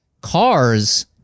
Cars